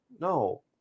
No